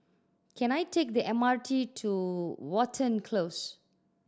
can I take the M R T to Watten Close